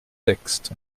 texte